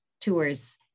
tours